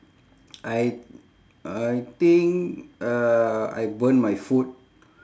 I I think uh I burn my food